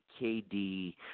KD